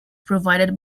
provided